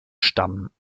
stammen